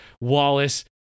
Wallace